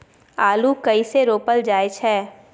आलू कइसे रोपल जाय छै?